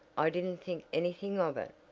i didn't think anything of it.